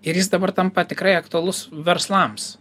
ir jis dabar tampa tikrai aktualus verslams